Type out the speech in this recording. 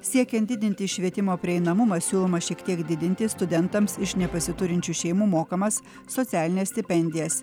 siekiant didinti švietimo prieinamumą siūloma šiek tiek didinti studentams iš nepasiturinčių šeimų mokamas socialines stipendijas